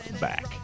back